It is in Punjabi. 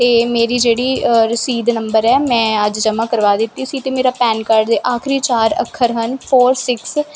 ਅਤੇ ਮੇਰੀ ਜਿਹੜੀ ਰਸੀਦ ਨੰਬਰ ਹੈ ਮੈਂ ਅੱਜ ਜਮ੍ਹਾਂ ਕਰਵਾ ਦਿੱਤੀ ਸੀ ਅਤੇ ਮੇਰਾ ਪੈਨ ਕਾਰਡ ਦੇ ਆਖਰੀ ਚਾਰ ਅੱਖਰ ਹਨ ਫ਼ੋਰ ਸਿਕਸ